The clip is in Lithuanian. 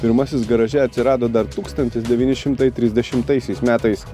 pirmasis garaže atsirado dar tūkstantis devyni šimtai trisdešimtaisiais metais